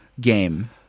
game